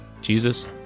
Jesus